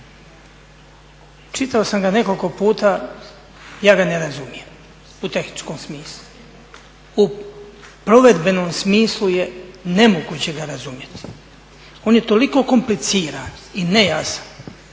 čitao sam ga nekoliko puta, ja ga ne razumijem u tehničkom smislu. U provedbenom smislu je nemoguće ga razumjeti. On je toliko kompliciran i nejasan